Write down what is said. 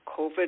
COVID